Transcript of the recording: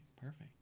Perfect